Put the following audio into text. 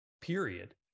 period